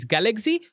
Galaxy